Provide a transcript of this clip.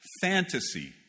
fantasy